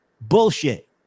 bullshit